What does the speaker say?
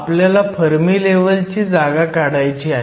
आपल्याला फर्मी लेव्हलची जागा काढायची आहे